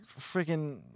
freaking